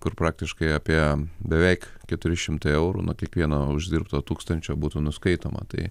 kur praktiškai apie beveik keturi šimtai eurų nuo kiekvieno uždirbto tūkstančio būtų nuskaitoma tai